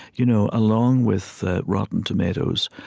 you know, along with ah rotten tomatoes,